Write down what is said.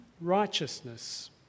righteousness